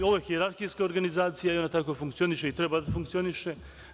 Ovo je hijerarhijska organizacija i ona tako funkcioniše i treba tako da funkcioniše.